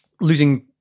losing